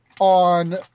on